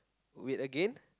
weird again